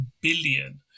billion